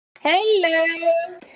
Hello